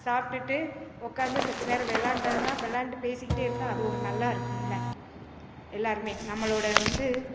சாப்பிட்டுட்டு உட்காந்து செத்த நேரம் விளாண்டம்னா விளாண்டு பேசிக்கிட்டே இருந்தால் அது ஒரு நல்லாருக்கும்ல எல்லாருமே நம்மளோட வந்து